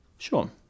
Sure